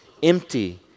Empty